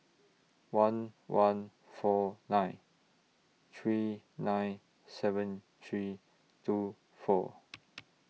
one one four nine three nine seven three two four